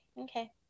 Okay